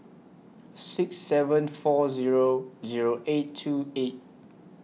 six seven four Zero Zero eight two eight